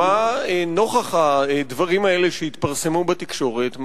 נוכח הדברים האלה שהתפרסמו בתקשורת,